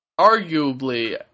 Arguably